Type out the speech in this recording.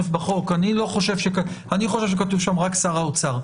חושב שכתוב שם רק שר האוצר.